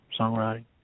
songwriting